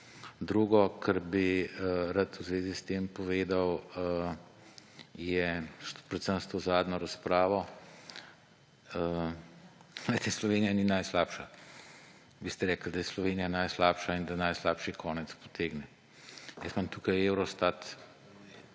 Drugo, kar bi rad v zvezi s tem povedal, je predvsem s to zadnjo razpravo. Glejte, Slovenija ni najslabša. Vi ste rekli, da je Slovenija najslabša in da najslabši konec potegne. Jaz imam tukaj Eurostat